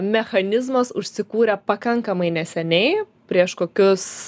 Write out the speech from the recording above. mechanizmas užsikūrė pakankamai neseniai prieš kokius